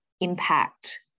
impact